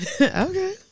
Okay